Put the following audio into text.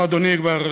אנחנו, אדוני, כבר